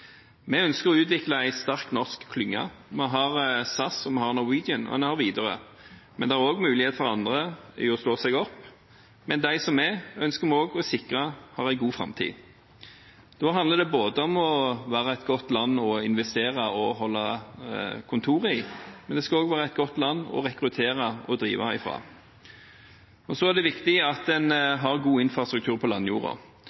Vi ønsker å utvikle en sterk norsk klynge. Vi har SAS, vi har Norwegian, og vi har Widerøe, men det er også mulighet for andre til å slå seg opp. Men de som er, ønsker vi også å sikre en god framtid. Da handler det om å være et godt land å investere og holde kontor i, men det skal også være et godt land å rekruttere og drive fra. Og så er det viktig at en har god infrastruktur på